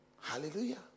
Hallelujah